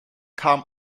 kam